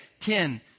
Ten